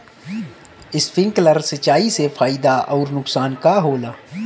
Sprinkler सिंचाई से फायदा अउर नुकसान का होला?